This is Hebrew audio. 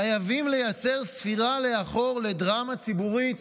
חייבים לייצר ספירה לאחור לדרמה ציבורית.